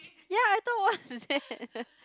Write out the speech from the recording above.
ya I thought what's that